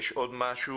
יש עוד משהו?